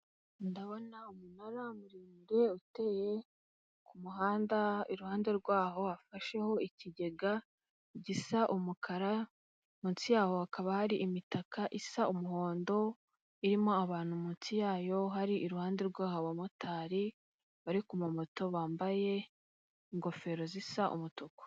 Ndabona umunara muremure uteye ku muhanda iruhande rwaho hafasheho ikigega gisa umukara ,munsi yaho hakaba hari imitaka isa umuhondo irimo abantu munsi yayo hari iruhande rw'aho abamotari, bari kuma moto bambaye ingofero zisa umutuku.